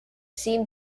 seem